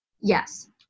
Yes